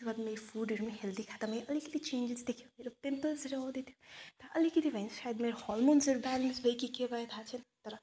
त्यसको बादमा फुडहरू पनि हेल्दी खाँदा म अलिकति चेन्जेस देखियो मेरो पिम्पल्स हराउँदै थियो र अलिकति भए पनि सायद मेरो हर्मोन्सहरू ब्यालेन्स भयो कि के भयो थाहा छैन तर